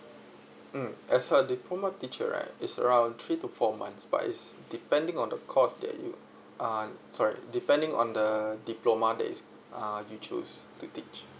mm as a diploma teacher right it's around three to four months but is depending on the course that you are sorry depending on the diploma that is uh you choose to teach